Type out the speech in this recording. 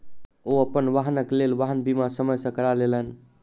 ओ अपन वाहनक लेल वाहन बीमा समय सॅ करा लेलैन